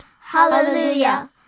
Hallelujah